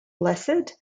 blessed